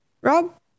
Rob